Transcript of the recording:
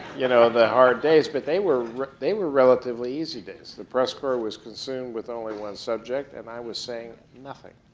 you know the hard days, but they were they were relatively easy days. the press corp was consumed with only one subject and i was saying nothing.